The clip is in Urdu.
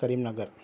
کریم نگر